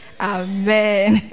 Amen